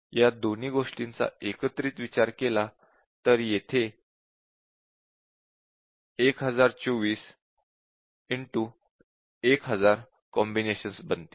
या दोन्ही गोष्टीचा एकत्रित विचार केला तर येथे 1024 1000 कॉम्बिनेशन्स बनतील